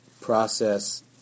Process